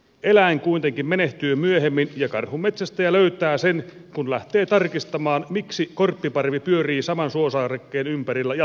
eläin kuitenkin menehtyy myöhemmin ja karhunmetsästäjä löytää sen kun lähtee tarkistamaan miksi korppiparvi pyörii saman suosaarekkeen ympärillä jatkuvasti